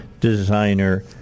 Designer